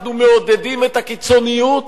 אנחנו מעודדים את הקיצוניות